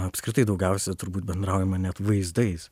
apskritai daugiausia turbūt bendraujama net vaizdais